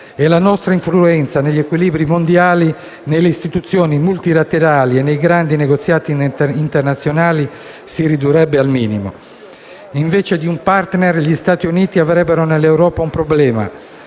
e la nostra influenza negli equilibri mondiali, nelle istituzioni multilaterali e nei grandi negoziati internazionali si ridurrebbe al minimo. Invece di un *partner*, gli Stati Uniti avrebbero nell'Europa un problema